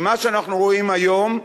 ממה שאנחנו רואים היום,